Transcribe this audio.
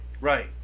Right